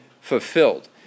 fulfilled